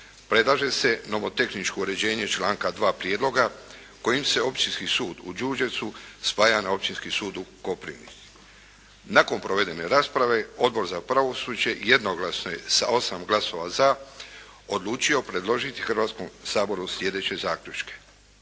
Predlaže se nomotehničko uređenje članka 2. Prijedloga kojim se Općinski sud u Đurđevcu spaja na Općinski sud u Koprivnici. Nakon provedene rasprave Odbor za pravosuđe jednoglasno je sa 8 glasova ZA, odlučio predložiti Hrvatskom saboru sljedeće zaključke: